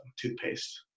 toothpaste